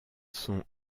sont